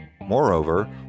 Moreover